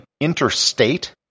Interstate